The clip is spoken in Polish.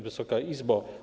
Wysoka Izbo!